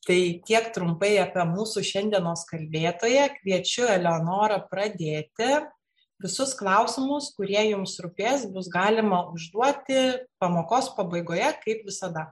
tai tiek trumpai apie mūsų šiandienos kalbėtoją kviečiu eleonorą pradėti visus klausimus kurie jums rūpės bus galima užduoti pamokos pabaigoje kaip visada